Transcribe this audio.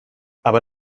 aber